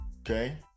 Okay